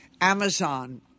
Amazon